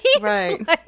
Right